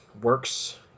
Works